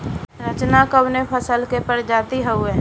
रचना कवने फसल के प्रजाति हयुए?